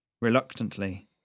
Reluctantly